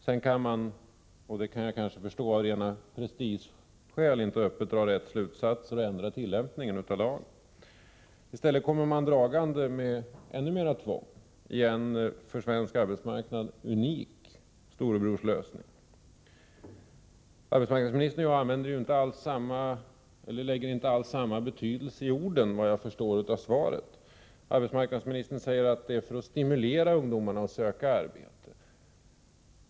Sedan kan man — och det kan jag förstå — av rena prestigeskäl inte öppet dra rätta slutsatser och ändra inriktningen av lagen. I stället kommer man dragande med ännu mera tvång i en för svensk arbetsmarknad unik storebrorslösning. Arbetsmarknadsministern lägger inte alls samma betydelse i orden som vi är vana vid, vad jag förstår av svaret. Arbetsmarknadsministern säger att åtgärderna syftar till att stimulera ungdomarna att söka jobb.